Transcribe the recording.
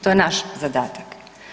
To je naš zadatak.